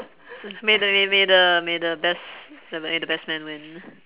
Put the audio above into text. may the may may the may the best may the best man win